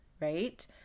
right